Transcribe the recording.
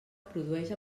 produeix